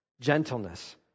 Gentleness